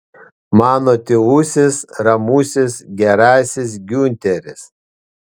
mano tylusis ramusis gerasis giunteris